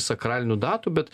sakralinių datų bet